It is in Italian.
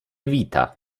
vita